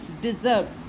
deserve